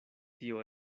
tio